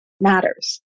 matters